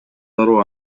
дароо